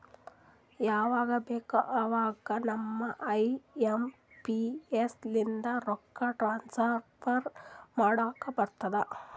ಯವಾಗ್ ಬೇಕ್ ಅವಾಗ ನಾವ್ ಐ ಎಂ ಪಿ ಎಸ್ ಲಿಂದ ರೊಕ್ಕಾ ಟ್ರಾನ್ಸಫರ್ ಮಾಡ್ಲಾಕ್ ಬರ್ತುದ್